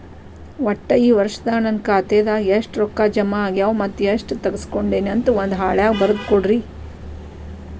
ಒಟ್ಟ ಈ ವರ್ಷದಾಗ ನನ್ನ ಖಾತೆದಾಗ ಎಷ್ಟ ರೊಕ್ಕ ಜಮಾ ಆಗ್ಯಾವ ಮತ್ತ ಎಷ್ಟ ತಗಸ್ಕೊಂಡೇನಿ ಅಂತ ಒಂದ್ ಹಾಳ್ಯಾಗ ಬರದ ಕೊಡ್ರಿ